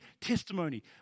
testimony